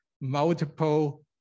multiple